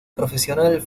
profesional